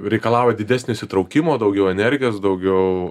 reikalauja didesnio įsitraukimo daugiau energijos daugiau